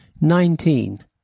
Nineteen